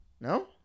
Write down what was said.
No